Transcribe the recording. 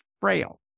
frail